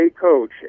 coach